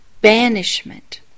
banishment